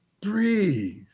breathe